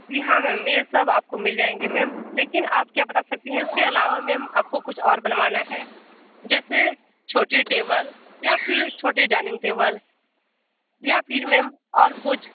जी हाँ मैम ये सब आप को मिल जाएंगी मैम लेकिन आप क्या बता सकती हैं उसके अलावा मैम आप को कुछ और बनवाना है जैसे छोटी टेबल या फिर छोटी डाइनिंग टेबल या फिर मैम और कुछ